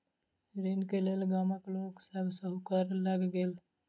ऋण के लेल गामक लोक सभ साहूकार लग गेल